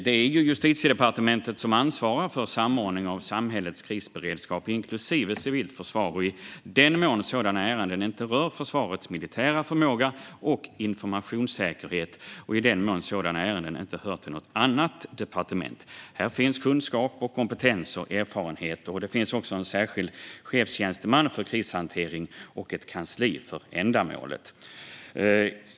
Det är Justitiedepartementet som ansvarar för samordning av samhällets krisberedskap, inklusive civilt försvar, i den mån sådana ärenden inte rör försvarets militära förmåga eller informationssäkerhet och i den mån sådana ärenden inte hör till något annat departement. Här finns kunskap, kompetens och erfarenhet, och det finns också en särskild chefstjänsteman för krishantering och ett kansli för ändamålet.